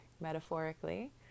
metaphorically